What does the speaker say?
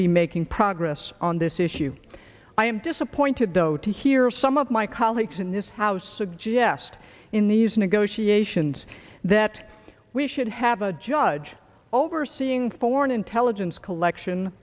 be making progress on this issue i am disappointed though to hear some of my colleagues in this house suggest in these negotiations that we should have a judge overseeing foreign intelligence collection